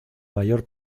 mayor